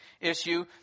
issue